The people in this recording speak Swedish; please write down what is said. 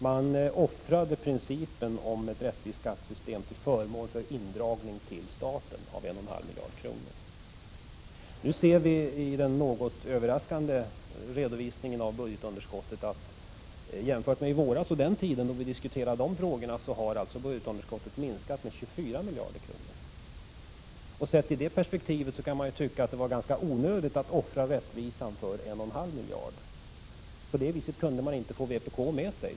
Man offrade principen om ett rättvist skattesystem till förmån för en indragning på 1,5 miljarder till staten. I redovisningen av budgetunderskottet ser vi något överraskande att detta har minskat med 24 miljarder sedan i våras. I det perspektivet kan man tycka att det var ganska onödigt att offra rättvisan för 1,5 miljarder kronor. På det viset kunde man inte få vpk med sig.